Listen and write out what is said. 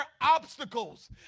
obstacles